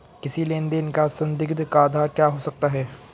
किसी लेन देन का संदिग्ध का आधार क्या हो सकता है?